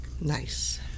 Nice